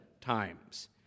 times